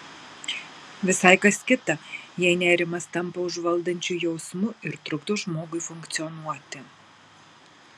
visai kas kita jei nerimas tampa užvaldančiu jausmu ir trukdo žmogui funkcionuoti